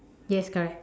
yes correct